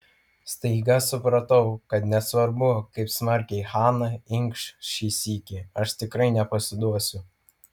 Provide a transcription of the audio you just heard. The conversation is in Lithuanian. staiga supratau kad nesvarbu kaip smarkiai hana inkš šį sykį aš tikrai nepasiduosiu